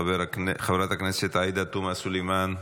חברת הכנסת עאידה תומא סלימאן,